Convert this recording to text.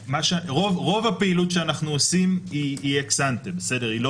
רוב הפעילות שאנחנו עושים היא אקס אנטה, היא לא